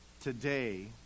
today